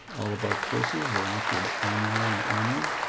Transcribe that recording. all of our courses are offered online only.